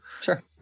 Sure